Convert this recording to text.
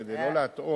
כדי לא להטעות,